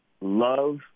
love